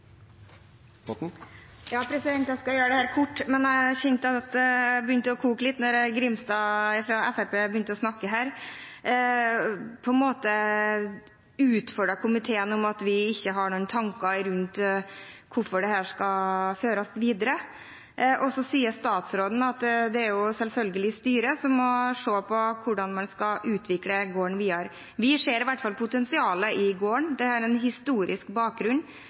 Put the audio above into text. Jeg skal gjøre dette kort, men jeg kjente det begynte å koke litt da representanten Grimstad fra Fremskrittspartiet begynte å snakke og på en måte utfordret komiteen på at vi ikke har noen tanker rundt hvorfor dette skal føres videre. Så sier statsråden at det selvfølgelig er styret som må se på hvordan man skal utvikle gården videre. Vi ser i hvert fall potensialet i gården. Den har en historisk bakgrunn,